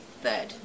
third